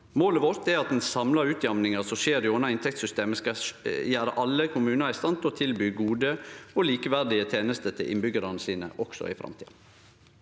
Målet vårt er at den samla utjamninga som skjer gjennom inntektssystemet, skal setje alle kommunar i stand til å tilby gode og likeverdige tenester til innbyggjarane sine, også i framtida.